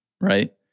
right